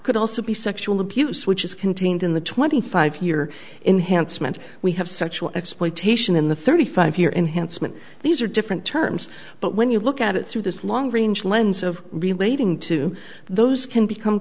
could also be sexual abuse which is contained in the twenty five year enhanced meant we have such will exploitation in the thirty five year enhanced meant these are different terms but when you look at it through this long range lens of relating to those can become